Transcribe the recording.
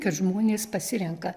kad žmonės pasirenka